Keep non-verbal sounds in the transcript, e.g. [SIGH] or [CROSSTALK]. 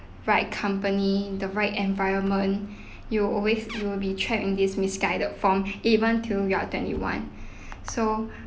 right company the right environment [BREATH] you'll always you will be trapped in this misguided form even till you are twenty one [BREATH] so